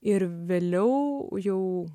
ir vėliau jau